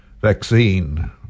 vaccine